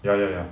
ya ya ya